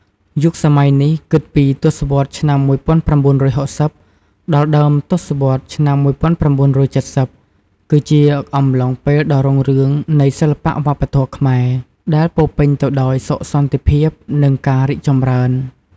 យុគសម័យនេះ គិតពី ទសវត្សរ៍ឆ្នាំ១៩៦០ ដល់ដើមទសវត្សរ៍ឆ្នាំ១៩៧០ គឺជាអំឡុងពេលដ៏រុងរឿងនៃសិល្បៈវប្បធម៌ខ្មែរ ដែលពោរពេញទៅដោយសុខសន្តិភាព និងការរីកចម្រើន។